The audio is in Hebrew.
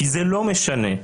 זה לא משנה.